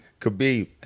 Khabib